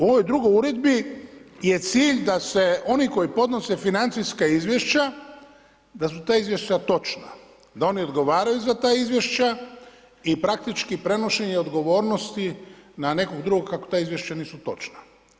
Ovoj drugoj uredbi je cilj da se oni koji podnose financijska izvješća da su ta izvješća točna, da oni odgovaraju za ta izvješća i praktički prenošenje odgovornosti na nekog drugog ako ta izvješća nisu točna.